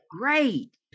Great